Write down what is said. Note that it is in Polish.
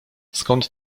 skąd